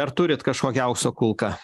ar turit kažkokią aukso kulką